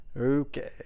Okay